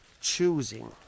choosing